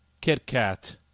Kit-Kat